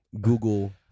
google